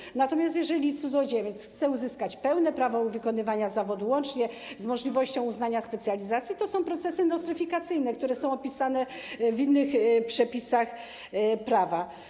Jeżeli natomiast cudzoziemiec chce uzyskać pełne prawo wykonywania zawodu, łącznie z możliwością uznania specjalizacji, to są procesy nostryfikacyjne, które są opisane w innych przepisach prawa.